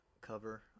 cover